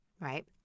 right